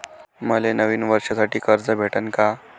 मले नवीन वर्षासाठी कर्ज भेटन का?